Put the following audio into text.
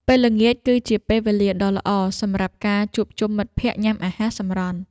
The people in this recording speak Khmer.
ពេលល្ងាចគឺជាពេលវេលាដ៏ល្អសម្រាប់ការជួបជុំមិត្តភក្តិញ៉ាំអាហារសម្រន់។